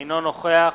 אינו נוכח